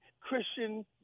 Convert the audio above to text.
christian